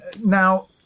Now